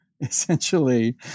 Essentially